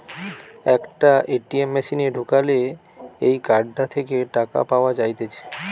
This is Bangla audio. একটা এ.টি.এম মেশিনে ঢুকালে এই কার্ডটা থেকে টাকা পাওয়া যাইতেছে